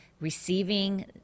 receiving